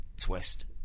twist